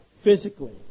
physically